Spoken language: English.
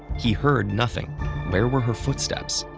he heard nothing where were her footsteps?